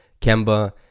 Kemba